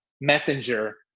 Messenger